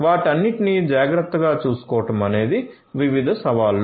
వాటన్నింటినీ జాగ్రత్తగా చూసుకోవడం అనేది వివిధ సవాళ్లు